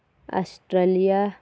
Australia